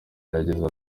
yagize